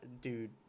dude